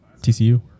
TCU